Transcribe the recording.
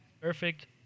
perfect